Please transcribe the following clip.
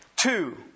Two